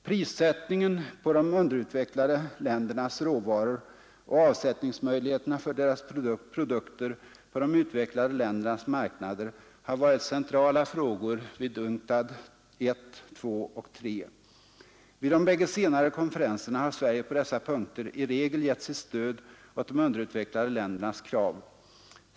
Prissättningen på de underutvecklade ländernas råvaror och avsättningsmöjligheterna för deras produkter på de utvecklade ländernas marknader har varit centrala frågor vid UNCTAD I, II och III. Vid de bägge senare konferenserna har Sverige på dessa punkter i regel gett sitt stöd åt de underutvecklade ländernas krav.